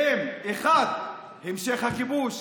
והן, 1. המשך הכיבוש,